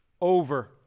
Over